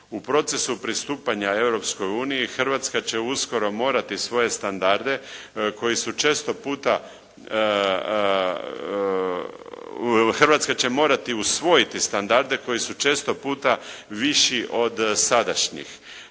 U procesu pristupanja Europskoj uniji, Hrvatska će morati usvojiti standarde koji su često puta viši od sadašnjih,